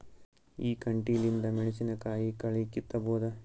ಈ ಕಂಟಿಲಿಂದ ಮೆಣಸಿನಕಾಯಿ ಕಳಿ ಕಿತ್ತಬೋದ?